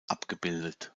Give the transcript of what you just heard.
abgebildet